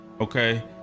okay